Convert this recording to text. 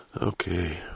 Okay